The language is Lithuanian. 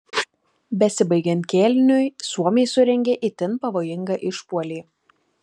besibaigiant kėliniui suomiai surengė itin pavojingą išpuolį